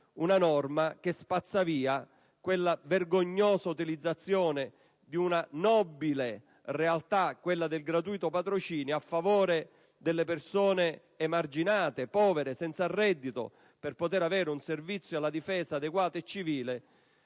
una norma che spazzò via quella vergognosa utilizzazione del nobile istituto del gratuito patrocinio, pensato a favore delle persone emarginate, povere e senza reddito, per poter fornire loro un servizio alla difesa adeguato e civile,